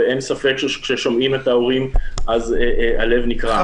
ואין ספק שכששומעים את ההורים אז הלב נקרע,